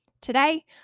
today